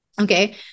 Okay